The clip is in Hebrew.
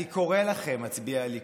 אני קורא לכם, מצביעי הליכוד: